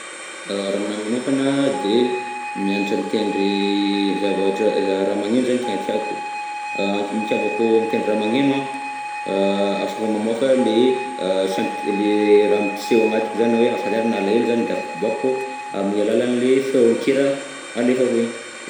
Raha aminahy manokana de mianatra mitendry zavatra raha magneno zany tena tiako, antony itiavako mitendry raha magneno an afaka mamoaka le senti- le raha miseho agnatiko zany aho na hoe hafaliana na alahelo zany de afaka aboakako amin'ny alalan'ny le feon-kira alefako igny.